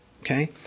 Okay